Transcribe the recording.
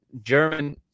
German